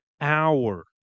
hour